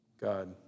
God